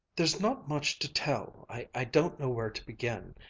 there's not much to tell. i don't know where to begin.